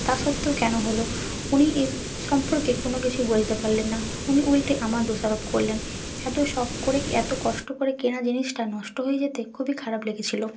তা সত্ত্বেও কেন হলো উনি এই সম্পর্কে কোনো কিছুই বলতে পারলেন না উনি উল্টে আমায় দোষারোপ করলেন এত শখ করে কি এত কষ্ট করে কেনা জিনিসটা নষ্ট হয়ে যেতে খুবই খারাপ লেগেছিলো